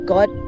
God